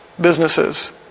businesses